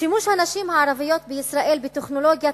שימוש הנשים הערביות בישראל בטכנולוגיית